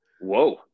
Whoa